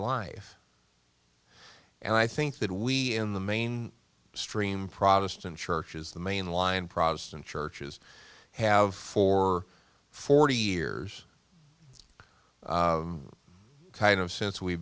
life and i think that we in the main stream protestant churches the mainline protestant churches have for forty years kind of since we